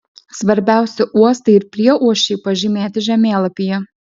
svarbiausi uostai ir prieuosčiai pažymėti žemėlapyje